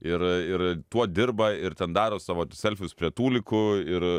ir ir tuo dirba ir ten daro savo selfius prie tūlikų ir